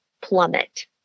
plummet